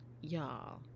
y'all